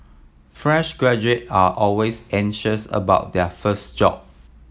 fresh graduate are always anxious about their first job